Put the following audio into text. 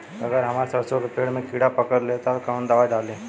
अगर हमार सरसो के पेड़ में किड़ा पकड़ ले ता तऽ कवन दावा डालि?